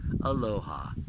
Aloha